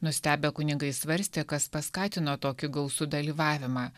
nustebę kunigai svarstė kas paskatino tokį gausų dalyvavimą